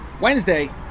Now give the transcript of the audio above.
wednesday